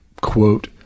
quote